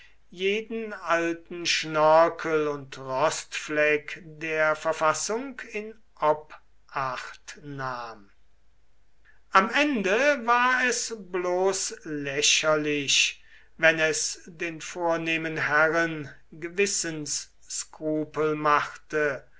jeden alten schnörkel und rostfleck der verfassung in obacht nahm am ende war es bloß lächerlich wenn es den vornehmen herren gewissensskrupel machte